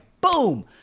Boom